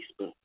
Facebook